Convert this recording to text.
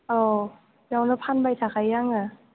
अ बेयावनो फानबाय थाखायो आङो